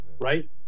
right